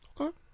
Okay